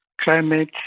climate